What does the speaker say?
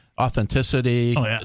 authenticity